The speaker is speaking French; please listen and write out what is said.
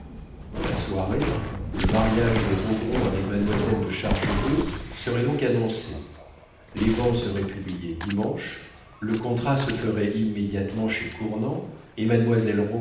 dans la soirée le mariage de rogron avec mademoiselle de chargebœuf serait donc annoncé les bans seraient publiés dimanche le contrat se ferait immédiatement chez cournant et